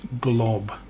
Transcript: glob